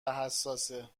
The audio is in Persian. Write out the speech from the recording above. حساسه